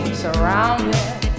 surrounded